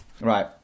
Right